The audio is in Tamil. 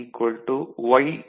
y y